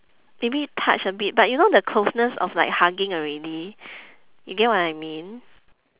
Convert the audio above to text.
maybe touch a bit but you know the closeness of like hugging already you get what I mean